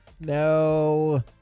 no